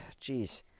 Jeez